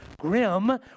grim